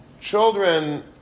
children